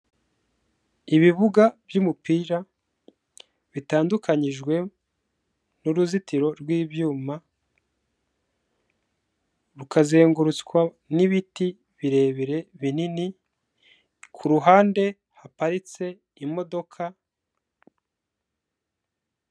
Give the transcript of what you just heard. Ibibuga by'umupira bitandukanyijwe n'uruzitiro rw'ibyuma, rukazengurutswa n'ibiti birebire, binini, ku ruhande haparitse imodoka...